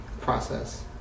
process